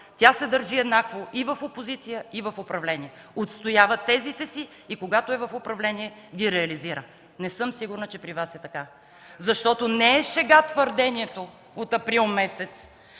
тя се държи еднакво и в опозиция, и в управление – отстоява тезите си и когато е в управление ги реализира. Не съм сигурна, че при Вас е така. Не е шега твърдението от месец